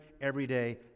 everyday